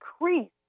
increase